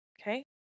Okay